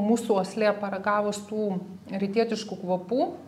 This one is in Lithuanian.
mūsų uoslė paragavus tų rytietiškų kvapų